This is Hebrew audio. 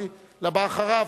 ואחריו,